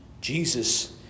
Jesus